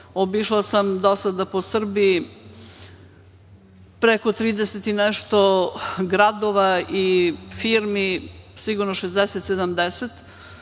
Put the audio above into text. obišla sam do sada po Srbiji preko trideset i nešto gradova i firmi, sigurno 60, 70.